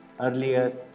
earlier